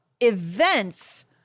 events